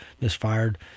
misfired